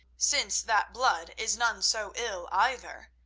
since that blood is none so ill either,